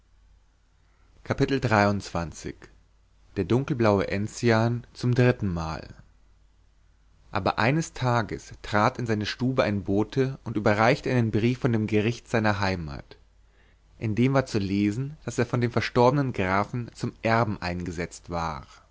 der dunkelblaue enzian zum dritten mal aber eines tages trat in seine stube ein bote und überreichte einen brief von dem gericht seiner heimat in dem war zu lesen daß er von dem verstorbenen grafen zum erben eingesetzt war